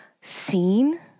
seen